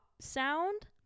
sound